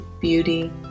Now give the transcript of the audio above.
beauty